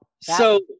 So-